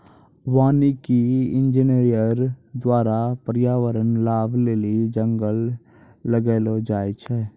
वानिकी इंजीनियर द्वारा प्रर्यावरण लाभ लेली जंगल लगैलो जाय छै